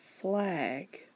flag